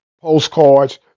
postcards